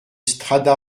strada